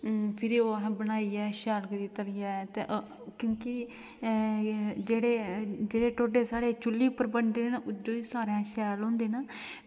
ते फिर ओह् बनाइयै ते शैल करियै तलियै क्योंकि जेह्ड़े साढ़े ढोड्डे चुल्ली उप्पर बनदे न ते एह् सारें कोला शैल होंदे न